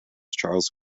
charles